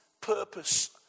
purpose